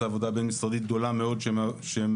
זו עבודה בין-משרדית גדולה מאוד שמובילים.